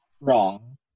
wrong